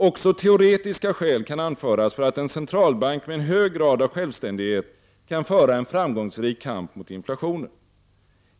Också teoretiska skäl kan anföras för att en centralbank med en hög grad av självständighet kan föra en framgångsrik kamp mot inflationen.